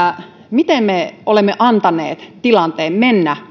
miten me olemme antaneet tilanteen mennä